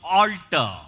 altar